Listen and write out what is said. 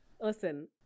Listen